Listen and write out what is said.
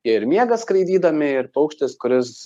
ir miega skraidydami ir paukštis kuris